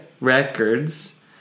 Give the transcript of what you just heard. records